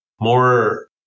more